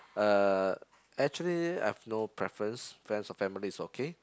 uh actually I have no preference friends or family is okay